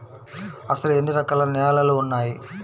అసలు ఎన్ని రకాల నేలలు వున్నాయి?